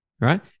right